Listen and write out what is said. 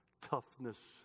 Toughness